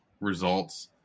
results